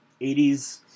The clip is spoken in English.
80s